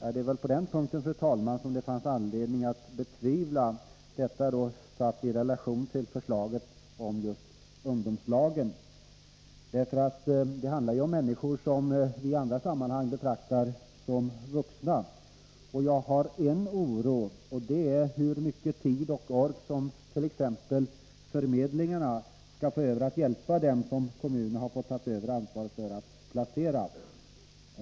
Det är väl på den punkten som det finns anledning till tvivel med tanke på förslaget om ungdomslagen. Det handlar om människor som vi i andra sammanhang betraktar som vuxna. Jag oroar mig för en sak, nämligen hur mycket tid och ork arbetsförmedlarna skall få över för att hjälpa dem som kommunerna har fått ansvaret för att placera.